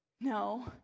No